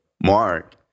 Mark